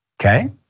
okay